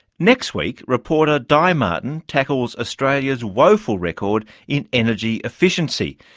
next week, reporter di martin tackles australia's woeful record in energy efficiency,